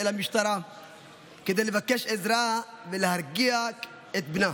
אל המשטרה כדי לבקש עזרה ולהרגיע את בנה